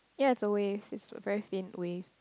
yea the wave is a very fin wave